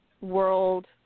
world